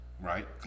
right